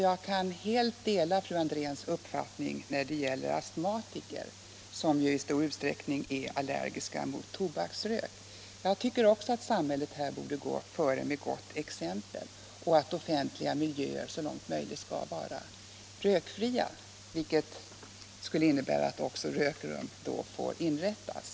Jag kan helt dela fru Andréns uppfattning om att astmatiker i stor utsträckning är allergiska mot tobaksrök. Jag tycker också att samhället här borde gå före med gott exempel och att offentliga miljöer så långt möjligt skall vara rökfria, vilket då också skulle innebära att rökrum får inrättas.